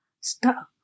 Stop